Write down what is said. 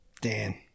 Dan